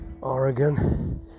Oregon